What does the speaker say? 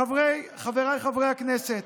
חברי חבריי חברי הכנסת,